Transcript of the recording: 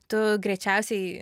tu greičiausiai